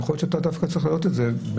יכול להיות שאתה דווקא צריך להעלות את זה.